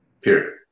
Period